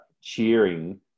cheering